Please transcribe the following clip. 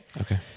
Okay